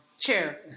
Chair